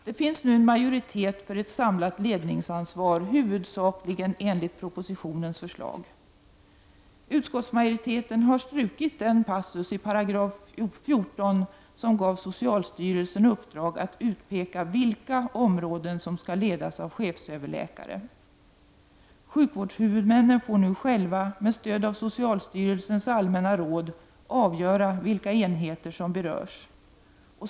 Det finns nu en majoritet för ett samlat ledningsansvar, huvudsakligen enligt propositionens förslag. Utskottsmajoriteten har strukit den passus i 14§ som gav socialstyrelsen uppdrag att utpeka vilka områden som skall ledas av chefsöverläkare. Sjukvårdshuvudmännen får nu själva med stöd av socialstyrelsens allmänna råd avgöra vilka enheter som berörs.